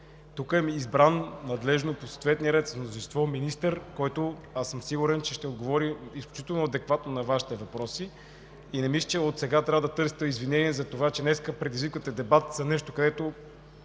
Тук има избран надлежно по съответния ред с мнозинство министър, който аз съм сигурен, че ще отговори изключително адекватно на Вашите въпроси. Не мисля, че отсега трябва да търсите извинение, затова че днес предизвиквате дебат за нещо, което